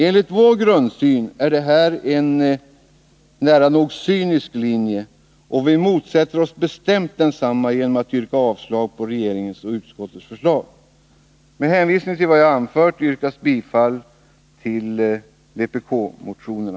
Enligt vår grundsyn är detta en nära nog cynisk linje, och vi motsätter oss bestämt densamma, genom att yrka avslag på regeringens och utskottets förslag. Med hänvisning till vad jag anfört yrkar jag bifall till vpk-motionerna.